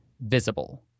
visible